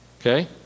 okay